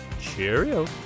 Cheerio